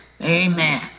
Amen